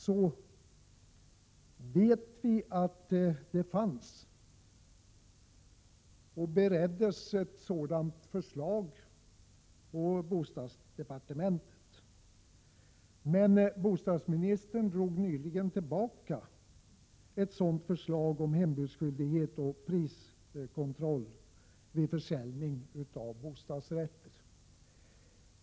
Nu vet vi att ett förslag i den riktningen bereddes i bostadsdepartementet, men bostadsministern drog nyligen tillbaka ett förslag om hembudsskyldighet och priskontroll vid försäljning av bostadsrätter.